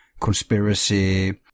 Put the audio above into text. conspiracy